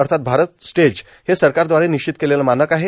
अर्थात भारत स्टेज हे सरकारद्वारे निश्चित केलेलं मानक आहे